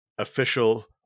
official